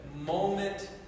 moment